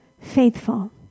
faithful